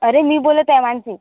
अरे मी बोलत आहे मानसी